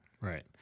Right